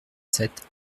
sept